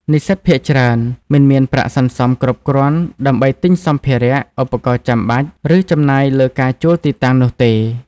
និស្សិតភាគច្រើនមិនមានប្រាក់សន្សំគ្រប់គ្រាន់ដើម្បីទិញសម្ភារៈ ឧបករណ៍ចាំបាច់ ឬចំណាយលើការជួលទីតាំងនោះទេ។